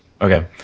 Okay